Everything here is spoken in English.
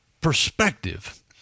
perspective